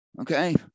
Okay